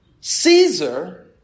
Caesar